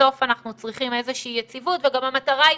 בסוף אנחנו צריכים איזה שהיא יציבות וגם המטרה היא